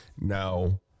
Now